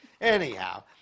Anyhow